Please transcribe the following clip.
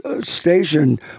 station